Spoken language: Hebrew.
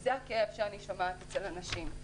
זה הכאב שאני שומעת אצל אנשים,